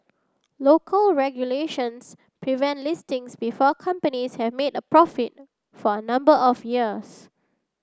local regulations prevent listings before companies have made a profit for a number of years